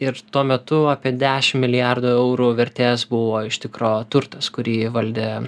ir tuo metu apie dešim milijardų eurų vertės buvo iš tikro turtas kurį valdė